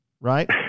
right